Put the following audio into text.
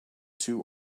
two